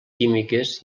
químiques